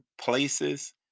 places